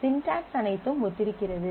syntax அனைத்தும் ஒத்திருக்கிறது